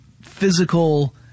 physical